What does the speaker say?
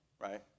right